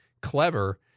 clever